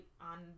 on